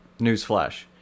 newsflash